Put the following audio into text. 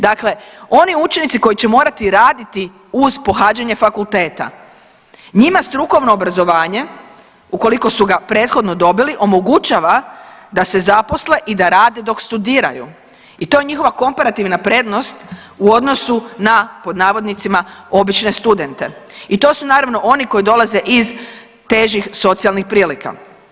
Dakle, oni učenici koji će morati raditi uz pohađanje fakulteta, njima strukovno obrazovanje ukoliko su ga prethodno dobili omogućava da se zaposle i da rade dok studiraju i to je njihova komparativna prednost u odnosu na „obične studente“ i to su naravno oni koji dolaze iz težih socijalnih prilika.